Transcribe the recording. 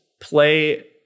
play